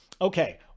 Okay